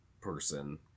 person